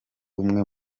umwe